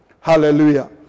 Hallelujah